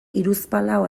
hiruzpalau